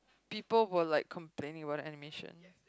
people were like complaining about the animation